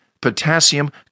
potassium